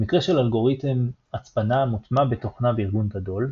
במקרה של אלגוריתם הצפנה המוטמע בתוכנה בארגון גדול,